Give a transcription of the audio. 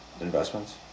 Investments